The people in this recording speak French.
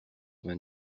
vingt